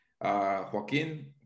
Joaquin